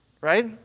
Right